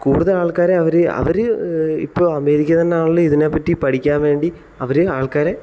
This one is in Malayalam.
കൂടുതലാൾക്കാരെ അവർ അവർ ഇപ്പോൾ അമേരിക്ക തന്നെയാണല്ലോ ഇതിനെപ്പറ്റി പഠിക്കാൻ വേണ്ടി അവർ ആൾക്കാരെ